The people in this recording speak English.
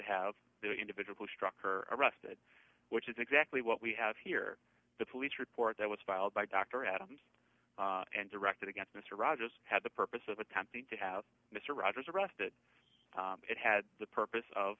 have the individual struck her arrested which is exactly what we have here the police report that was filed by dr adams and directed against mr rogers had the purpose of attempting to have mr rogers arrested it had the purpose of